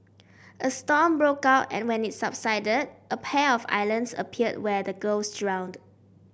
a storm broke out and when it subsided a pair of islands appeared where the girls drowned